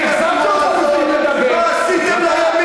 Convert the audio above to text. אתה יודע, אדוני, אדוני, תפסיק להפריע.